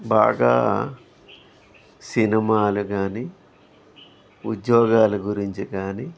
బాగా సినిమాలు కానీ ఉద్యోగాలు గురించి కానీ